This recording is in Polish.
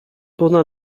bona